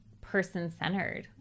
person-centered